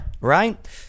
Right